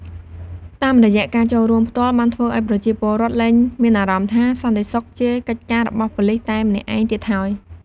តាមរយៈការចូលរួមផ្ទាល់ បានធ្វើឲ្យប្រជាពលរដ្ឋលែងមានអារម្មណ៍ថា សន្តិសុខជាកិច្ចការរបស់ប៉ូលិសតែម្នាក់ឯងទៀតហើយ។